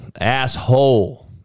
Asshole